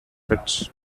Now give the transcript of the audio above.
pits